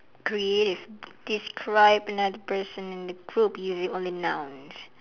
creative describe another person in the group using only nouns